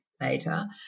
later